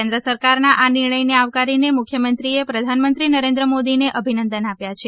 કેન્દ્ર સરકારના આ નિર્ણયને આવકારીને મુખ્યમંત્રીએ પ્રધાનમંત્રી નરેન્દ્ર મોદીને અભિનંદન આપ્યા છે